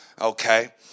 okay